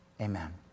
amen